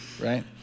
Right